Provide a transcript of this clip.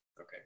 Okay